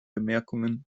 bemerkungen